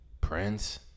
prince